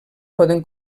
podem